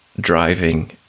driving